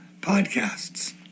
podcasts